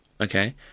Okay